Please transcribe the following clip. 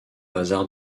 bazar